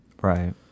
Right